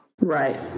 Right